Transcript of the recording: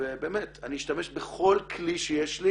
ובאמת, אני אשתמש בכל כלי שיש לי